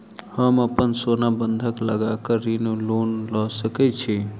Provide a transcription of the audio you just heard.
हम अप्पन सोना बंधक लगा कऽ ऋण वा लोन लऽ सकै छी?